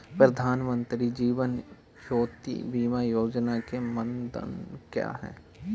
प्रधानमंत्री जीवन ज्योति बीमा योजना के मानदंड क्या हैं?